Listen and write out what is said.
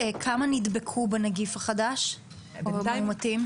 כמה נדבקו בנגיף החדש או כמה מאומתים?